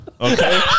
Okay